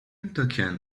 token